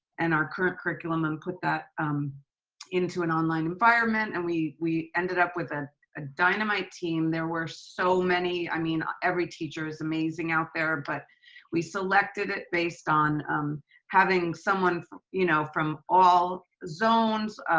and our current curriculum and put that into an online environment. and we, we ended up with a ah dynamite team. there were so many, i mean, every teacher is amazing out there, but we selected it based on having someone, you know, from all zones,